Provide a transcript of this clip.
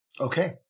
Okay